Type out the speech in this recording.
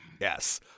Yes